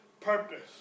purpose